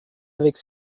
avec